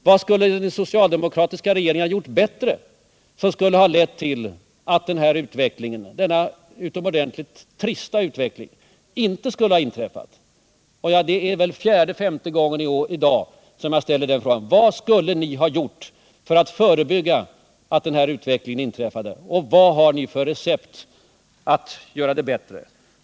Vad skulle den socialdemokratiska regeringen ha gjort bättre, som skulle ha lett till att denna utomordentligt trista utveckling inte hade inträffat? Det är väl fjärde eller femte gången i dag som jag ställer den frågan: Vad skulle ni ha gjort för att förebygga att den här utvecklingen inträffade, och vad har ni för recept för att göra det bättre?